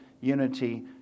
unity